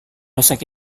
rusak